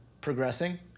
progressing